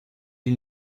ils